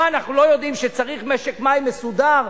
מה, אנחנו לא יודעים שצריך משק מים מסודר,